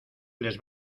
les